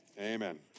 amen